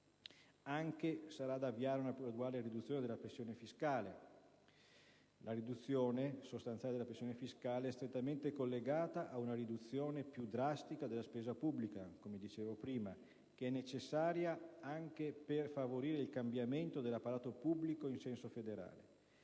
Sarà da avviare anche una graduale riduzione della pressione fiscale. La riduzione sostanziale della pressione fiscale è strettamente collegata ad una riduzione più drastica della spesa pubblica (come dicevo prima), necessaria anche per favorire il cambiamento dell'apparato pubblico in senso federale,